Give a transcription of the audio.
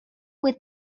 would